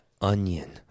onion